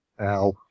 Ow